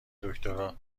دکترا